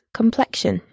complexion